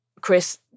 Chris